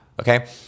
okay